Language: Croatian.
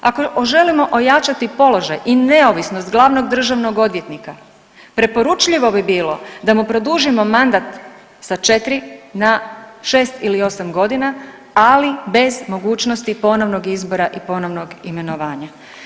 Ako želimo ojačati položaj i neovisnost glavnog državnog odvjetnika preporučljivo bi bilo da mu produžimo mandat sa 4 na 6 ili 8 godina, ali bez mogućnosti ponovnog izbora i ponovnog imenovanja.